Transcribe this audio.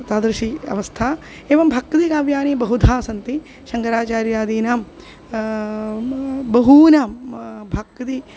तादृशी अवस्था एवं भक्तिकाव्यानि बहुधा सन्ति शङ्कराचार्यादीनां बहूनां भक्तेः